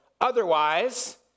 otherwise